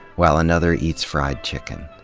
while another eats fried chicken.